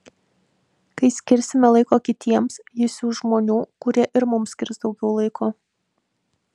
kai skirsime laiko kitiems jis siųs žmonių kurie ir mums skirs dar daugiau laiko